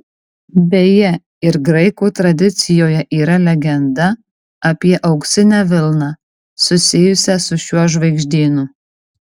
beje ir graikų tradicijoje yra legenda apie auksinę vilną susijusią su šiuo žvaigždynu